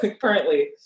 currently